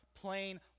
plain